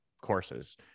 courses